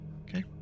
Okay